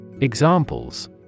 Examples